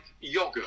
yogurt